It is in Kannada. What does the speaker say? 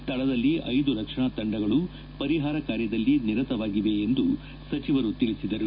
ಸ್ಲಳದಲ್ಲಿ ಐದು ರಕ್ಷಣಾ ತಂಡಗಳು ಪರಿಹಾರ ಕಾರ್ಯದಲ್ಲಿ ನಿರತವಾಗಿವೆ ಎಂದು ಸಚಿವರು ತಿಳಿಸಿದ್ದಾರೆ